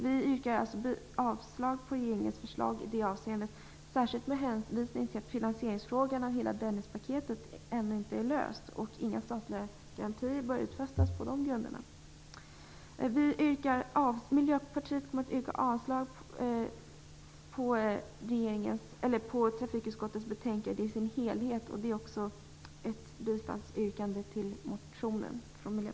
Vi yrkar alltså avslag på regeringens förslag i det avseendet, särskilt med hänvisning till att finansieringen i fråga om hela Dennispaketet ännu inte är löst. Inga statliga garantier bör utfästas på de grunderna. Miljöpartiet kommer att yrka avslag på trafikutskottets hemställan i dess helhet vad gäller detta betänkande. Det innebär att vi i Miljöpartiet stöder motionen.